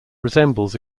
resembles